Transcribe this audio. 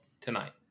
tonight